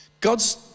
God's